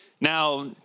Now